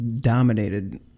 Dominated